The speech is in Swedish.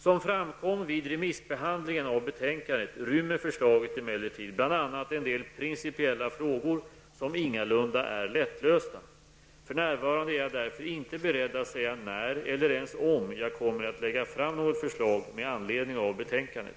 Som framkom vid remissbehandlingen av betänkandet rymmer förslaget emellertid bl.a. en del principiella frågor som ingalunda är lättlösta. För närvarande är jag därför inte beredd att säga när eller ens om jag kommer att lägga fram något förslag med anledning av betänkandet.